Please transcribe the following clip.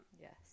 Yes